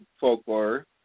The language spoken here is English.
folklore